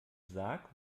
sarg